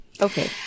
Okay